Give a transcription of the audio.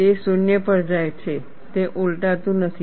તે 0 પર જાય છે તે ઉલટાતું નથી